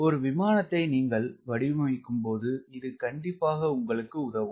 ஒரு விமானத்தை நீங்கள் வடிவமைக்கும் போது இது உங்களுக்கு உதவும்